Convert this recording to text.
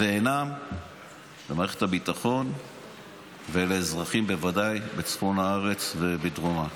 ואינם למערכת הביטחון ובוודאי לאזרחים בצפון הארץ ובדרומה.